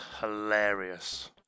hilarious